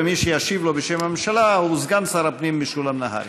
ומי שישיב לו בשם הממשלה הוא סגן שר הפנים משולם נהרי.